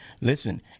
Listen –